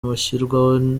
bushyirwaho